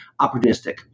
opportunistic